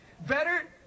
Better